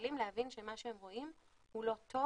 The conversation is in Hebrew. הכלים להבין שמה שהם רואים הוא לא טוב,